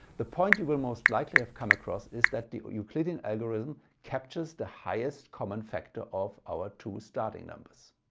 the point you will most likely have come across is that the euclidean algorithm captures the highest common factor of our two starting numbers.